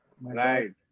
Right